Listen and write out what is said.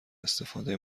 استفاده